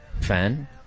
fan